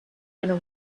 winner